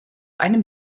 einem